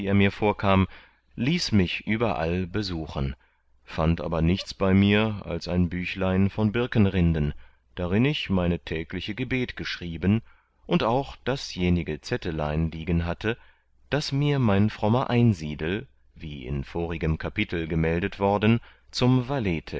mir vorkam ließ mich überall besuchen fand aber nichts bei mir als ein büchlein von birkenrinden darin ich meine tägliche gebet geschrieben und auch dasjenige zettelein liegen hatte das mir mein frommer einsiedel wie in vorigem kapitel gemeldet worden zum